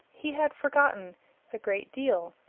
he had forgotten a great deal,